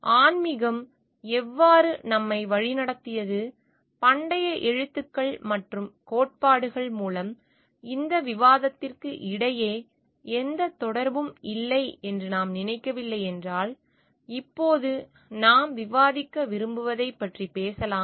ஆன்மீகம் எவ்வாறு நம்மை வழிநடத்தியது பண்டைய எழுத்துக்கள் மற்றும் கோட்பாடுகள் மூலம் இந்த விவாதத்திற்கு இடையே எந்த தொடர்பும் இல்லை என்று நாம் நினைக்கவில்லை என்றால் இப்போது நாம் விவாதிக்க விரும்புவதைப் பற்றி பேசலாம்